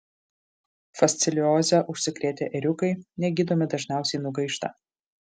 fasciolioze užsikrėtę ėriukai negydomi dažniausiai nugaišta